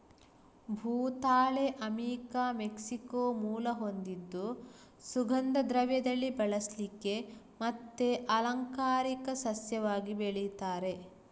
ಭೂತಾಳೆ ಅಮಿಕಾ ಮೆಕ್ಸಿಕೋ ಮೂಲ ಹೊಂದಿದ್ದು ಸುಗಂಧ ದ್ರವ್ಯದಲ್ಲಿ ಬಳಸ್ಲಿಕ್ಕೆ ಮತ್ತೆ ಅಲಂಕಾರಿಕ ಸಸ್ಯವಾಗಿ ಬೆಳೀತಾರೆ